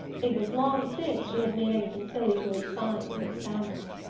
it was long since she had made any conciliatory sign to his family.